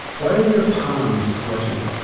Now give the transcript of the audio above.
why are your palms sweating?